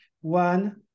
one